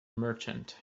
merchant